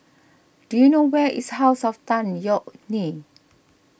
do you know where is House of Tan Yeok Nee